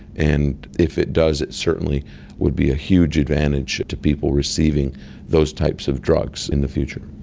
and if it does it certainly would be a huge advantage to people receiving those types of drugs in the future.